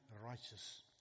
righteous